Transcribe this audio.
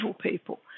people